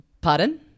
Pardon